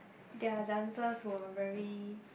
their dancers were very